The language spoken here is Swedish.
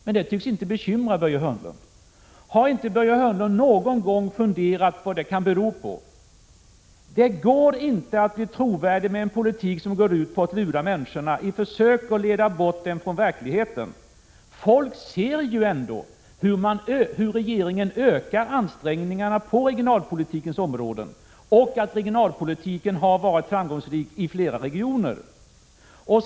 Men det tycks inte bekymra Börje Hörnlund. Har inte Börje Hörnlund någon gång funderat över vad det kan bero på? Det går inte att bli trovärdig med en politik som går ut på att lura människorna i försök att leda bort dem från verkligheten. Folk ser ju ändå hur regeringen ökar ansträngningarna på regionalpolitikens område, och att regionalpolitiken har varit framgångsrik i flera regioner.